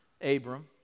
Abram